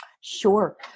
Sure